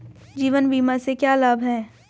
जीवन बीमा से क्या लाभ हैं?